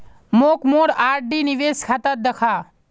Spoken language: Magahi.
मोक मोर आर.डी निवेश खाता दखा